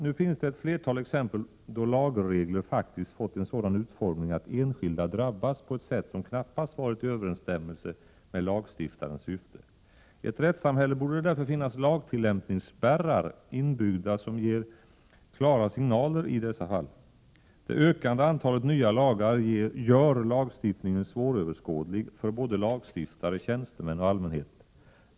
Nu finns det ett flertal exempel där lagregler faktiskt fått en sådan utformning att enskilda drabbats på ett sätt som knappast varit i överenstämmelse med lagstiftarens syfte. I ett rättssamhälle borde det därför finnas lagtillämpningsspärrar inbyggda, som ger klara signaler i dessa fall. Det ökande antalet nya lagar gör lagstiftningen svåröverskådlig för såväl lagstiftare och tjänstemän som allmänhet.